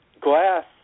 glass